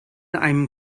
einem